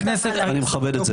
אני מכבד את זה.